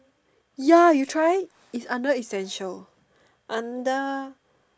ya you try is under essential under